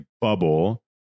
bubble